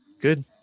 Good